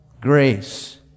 Grace